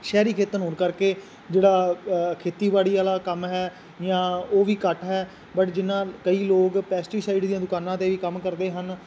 ਸ਼ਹਿਰੀ ਖੇਤਰ ਹੋਣ ਕਰਕੇ ਜਿਹੜਾ ਖੇਤੀਬਾੜੀ ਵਾਲਾ ਕੰਮ ਹੈ ਜਾਂ ਉਹ ਵੀ ਘੱਟ ਹੈ ਬਟ ਜਿੰਨਾ ਕਈ ਲੋਕ ਪੈਸਟੀਸਾਈਡ ਦੀਆਂ ਦੁਕਾਨਾਂ 'ਤੇ ਵੀ ਕੰਮ ਕਰਦੇ ਹਨ